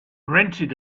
rented